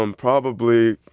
um probably